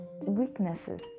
weaknesses